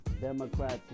Democrats